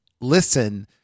listen